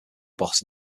boss